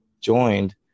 joined